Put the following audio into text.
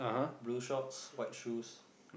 blue shorts white shoes